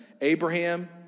Abraham